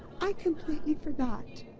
i completely forgot!